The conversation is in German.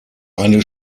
eine